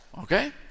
Okay